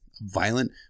violent